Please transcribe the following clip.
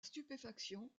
stupéfaction